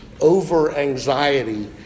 over-anxiety